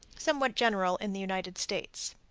somewhat general in the united states.